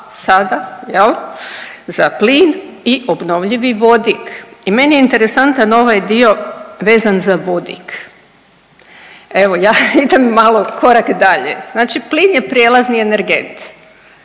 za plin i obnovljivi vodik. I meni je interesantan ovaj dio vezan za vodik, evo ja idem malo korak dalje. Znači plin je prijelazni energent